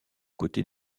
côté